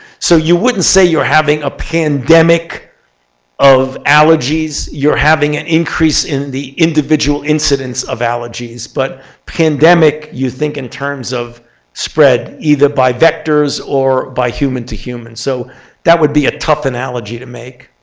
so you wouldn't say you're having a pandemic of allergies. you're having an increase in the individual incidence of allergies. but pandemic, you think in terms of spread, either by vectors or by human to human. so that would be a tough analogy to make.